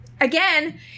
Again